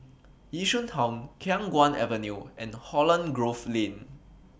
Yishun Town Khiang Guan Avenue and Holland Grove Lane